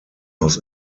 aus